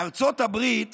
בארצות הברית